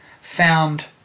found